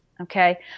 okay